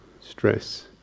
stress